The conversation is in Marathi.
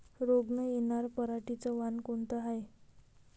रोग न येनार पराटीचं वान कोनतं हाये?